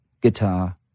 guitar